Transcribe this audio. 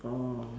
orh